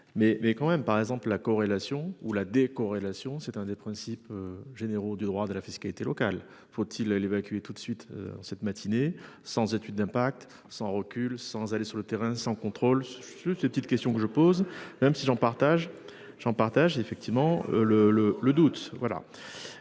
mais quand même, par exemple la corrélation ou la décorrélation c'est un des principes généraux du droit de la fiscalité locale. Faut-il l'évacuer tout de suite en cette matinée sans étude d'impact sans recul sans aller sur le terrain sans contrôle. Juste une petite question que je pose, même si j'en partage. J'en partage effectivement le le le doute. Voilà